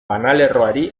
banalerroari